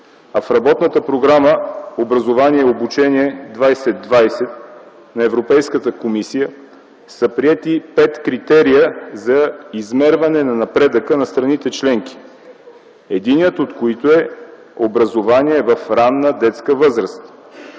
а в Работната програма „Образование, обучение 2020” на Европейската комисия са приети пет критерия за измерване на напредъка на страните членки, единият от които е образование в ранна детска възраст.